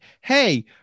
hey